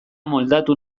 moldatu